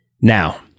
Now